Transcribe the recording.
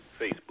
Facebook